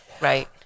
right